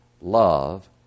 love